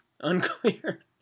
Unclear